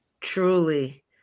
Truly